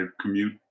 commute